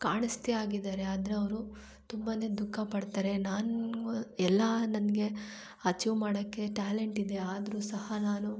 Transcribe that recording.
ಕಾಣೆ ಆಗಿದ್ದಾರೆ ಆದರೆ ಅವರು ತುಂಬನೇ ದುಃಖ ಪಡ್ತಾರೆ ನಾನು ಎಲ್ಲ ನನಗೆ ಅಚೀವ್ ಮಾಡೋಕ್ಕೆ ಟ್ಯಾಲೆಂಟಿದೆ ಆದರೂ ಸಹ ನಾನು